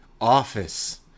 Office